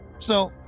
so,